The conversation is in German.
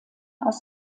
aus